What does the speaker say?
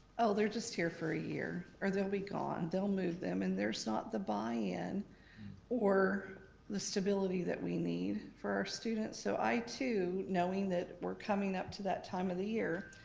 oh they're just here for a year or they'll be gone, they'll move them and there's not the buy-in or the stability that we need for our students. so i too, knowing that we're coming up to that time of the year,